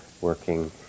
working